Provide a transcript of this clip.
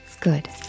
Good